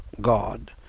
God